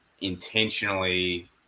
intentionally